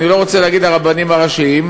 אני לא רוצה להגיד הרבנים הראשיים,